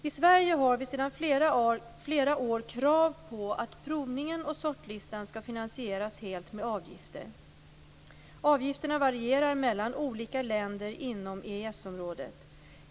I Sverige har vi sedan flera år krav på att provningen och sortlistan skall finanserias helt med avgifter. Avgifterna varierar mellan olika länder inom EES-området.